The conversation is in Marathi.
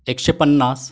एकशे पन्नास